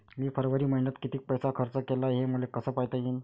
मी फरवरी मईन्यात कितीक पैसा खर्च केला, हे मले कसे पायता येईल?